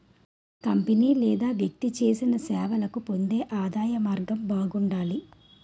company లేదా వ్యక్తి చేసిన సేవలకు పొందే ఆదాయం మార్గం బాగుండాలి